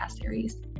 series